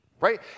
Right